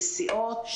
נסיעות,